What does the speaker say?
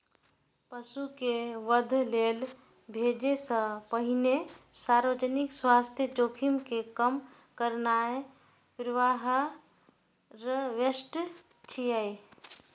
पशु कें वध लेल भेजै सं पहिने सार्वजनिक स्वास्थ्य जोखिम कें कम करनाय प्रीहार्वेस्ट छियै